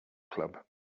club